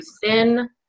thin